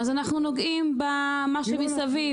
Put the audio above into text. אז אנחנו נוגעים במה שמסביב.